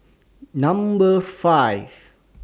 Number five